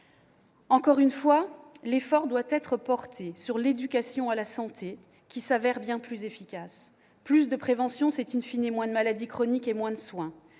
Encore une fois, l'effort doit être porté sur l'éducation à la santé, qui se révèle bien plus efficace : plus de prévention, c'est moins de maladies chroniques et moins de soins.